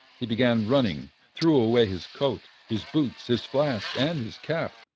he began running, threw away his coat, his boots, his flask, and his cap,